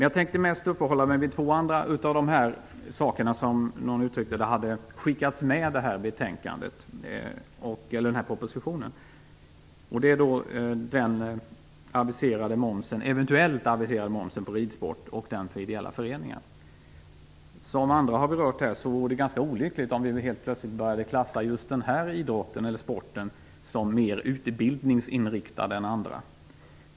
Jag tänker mest uppehålla mig vid två av de saker som har skickats med den här propositionen, som någon uttryckte det. Det gäller den eventuellt aviserade momsen på ridsport och den för ideella föreningar. Som andra har berört här vore det ganska olyckligt om vi började klassa just den här idrotten eller sporten som mer utbildningsinriktad än andra.